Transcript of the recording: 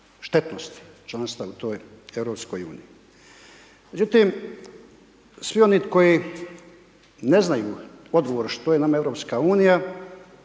štetnosti …/nerazumljivo/… u toj EU. Međutim, svi oni koji ne znaju što je nama EU